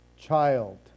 child